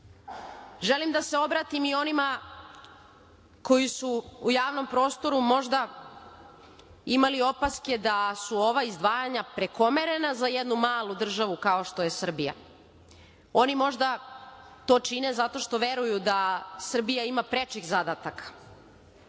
da se obratim i onima koji su u javnom prostoru možda imali opaske da su ova izdvajanja prekomerna za jednu malu državu kao što je Srbija. Oni možda to čine zato što veruju da Srbija ima prečih zadataka